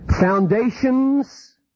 Foundations